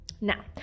Now